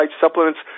supplements